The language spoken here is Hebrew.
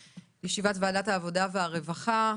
ישיבת וועדת העבודה והרווחה,